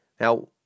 Now